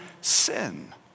sin